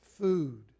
food